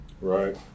Right